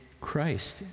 Christ